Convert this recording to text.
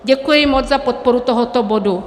Děkuji moc za podporu tohoto bodu.